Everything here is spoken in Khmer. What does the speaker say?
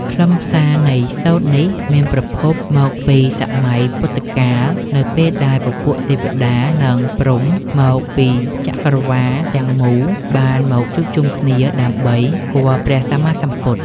ខ្លឹមសារនៃសូត្រនេះមានប្រភពមកពីសម័យពុទ្ធកាល នៅពេលដែលពពួកទេវតា និងព្រហ្មមកពីចក្រវាឡទាំងមូលបានមកជួបជុំគ្នាដើម្បីគាល់ព្រះសម្មាសម្ពុទ្ធ។